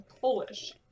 Polish